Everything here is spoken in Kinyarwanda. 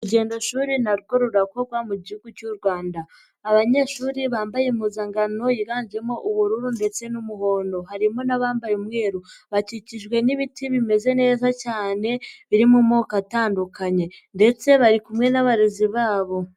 Urugendoshuri narwo ruravurwa mu igihugu cy'uRwanda, abanyeshuri bambaye impuzankano yiganjemo ubururu ndetse n'umuhondo, harimo n'abambaye umweru bakikijwe n'ibiti bimeze neza cyane biri mumoko atandukanye, ndetse bari kumwe n'abarezi babo.